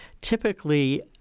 typically